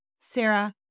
Sarah